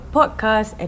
Podcast